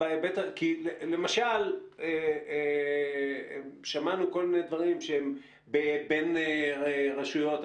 למשל, שמענו כל מיני דברים שהם בין רשויות.